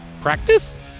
practice